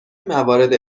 موارد